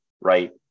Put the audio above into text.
right